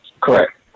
Correct